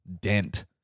dent